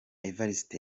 evariste